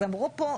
אז אמרו פה,